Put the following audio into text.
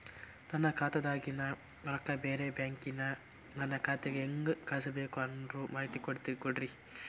ನನ್ನ ಖಾತಾದಾಗಿನ ರೊಕ್ಕ ಬ್ಯಾರೆ ಬ್ಯಾಂಕಿನ ನನ್ನ ಖಾತೆಕ್ಕ ಹೆಂಗ್ ಕಳಸಬೇಕು ಅನ್ನೋ ಮಾಹಿತಿ ಕೊಡ್ರಿ?